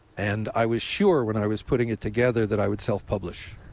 and i was sure when i was putting it together that i would self publish.